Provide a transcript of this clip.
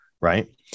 Right